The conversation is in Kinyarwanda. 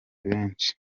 benshi